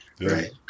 right